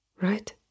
right